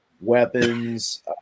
weapons